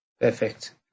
Perfect